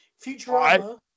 Futurama